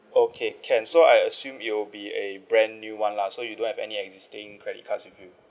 okay can so I assume you'll be a brand new one lah so you don't have any existing credit cards with you